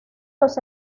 los